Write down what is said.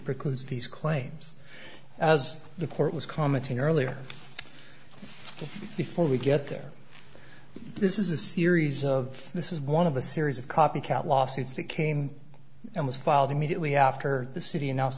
precludes these claims as the court was commenting earlier before we get there this is a series of this is one of the series of copycat lawsuits that came and was filed immediately after the city an